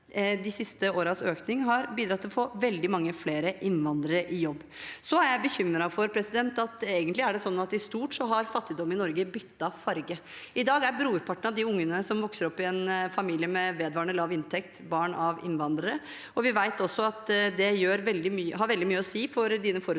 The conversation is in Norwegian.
De siste årenes økning har bidratt til å få veldig mange flere innvandrere i jobb. Jeg er bekymret for at det egentlig er sånn at fattigdommen i Norge i stort har byttet farge. I dag er brorparten av de ungene som vokser opp i en familie med vedvarende lav inntekt, barn av innvandrere, og vi vet også at det har veldig mye å si for forutsetningene